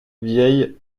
vielle